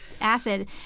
acid